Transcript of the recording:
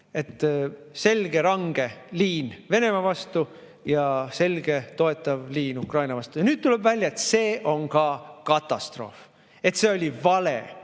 oli selge range liin Venemaa vastu ja selge toetav liin Ukraina [suhtes]. Ja nüüd tuleb välja, et see on ka katastroof, et see oli vale,